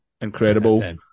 incredible